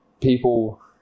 people